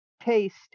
taste